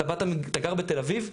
אתה גר בתל אביב,